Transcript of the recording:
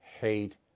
hate